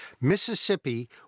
Mississippi